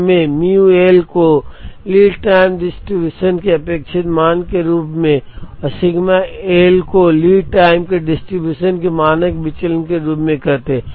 तो हमें mu L को लीड टाइम डिस्ट्रीब्यूशन के अपेक्षित मान के रूप में और सिग्मा L को लीड टाइम के डिस्ट्रीब्यूशन के मानक विचलन के रूप में कहते हैं